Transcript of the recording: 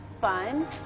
fun